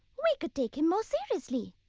we could take him more seriously.